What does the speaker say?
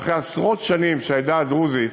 אחרי עשרות שנים שהעדה הדרוזית,